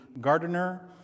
gardener